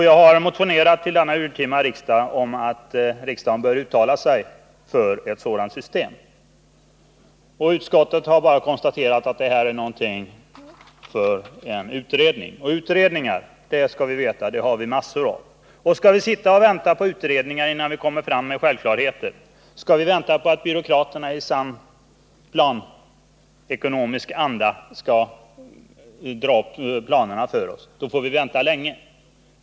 Jag har motionerat till detta urtima riksmöte om att riksdagen skall uttala sig för ett sådant system, men utskottet har bara konstaterat att detta är en fråga som bör behandlas i en utredning. Som bekant pågår det dock mängder av utredningar på detta område. Skall vi vänta på utredningar innan självklara åtgärder vidtas och på att byråkraterna i sann planekonomisk anda skall dra upp riktlinjerna för oss, får vi vänta länge.